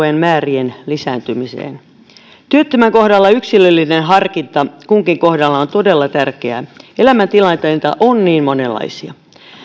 varmasti toimeentulotuen määrien lisääntymiseen työttömän kohdalla yksilöllinen harkinta kunkin kohdalla on todella tärkeää elämäntilanteita on niin monenlaisia